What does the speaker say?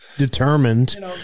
Determined